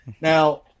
Now